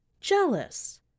Jealous